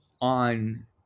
on